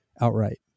outright